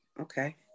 Okay